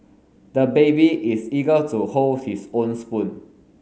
the baby is eager to hold his own spoon